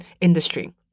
industry